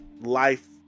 life